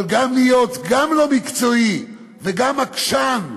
אבל להיות גם לא מקצועי וגם עקשן,